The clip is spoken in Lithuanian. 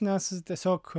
nes tiesiog